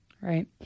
Right